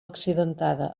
accidentada